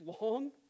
long